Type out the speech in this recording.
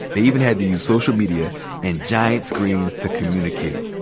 they even had to use social media and giant screens to communication.